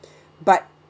but